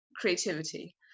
creativity